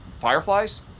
Fireflies